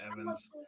Evans